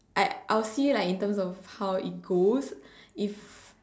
I I would see it like in terms of how it goes if